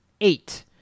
eight